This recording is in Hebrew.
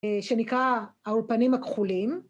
שנקרא האולפנים הכחולים.